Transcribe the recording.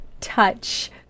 touch